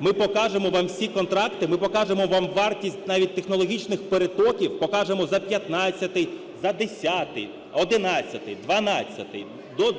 ми покажемо вам всі контракти, ми покажемо вам вартість навіть технологічних перетоків, покажемо за 15-й, за 10-й, 11-й, 12-й